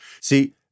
See